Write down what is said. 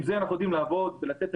עם זה אנחנו יודעים לעבוד ולתת את